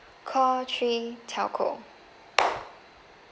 call three telco